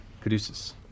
Caduceus